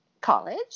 college